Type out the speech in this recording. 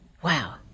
Wow